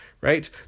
right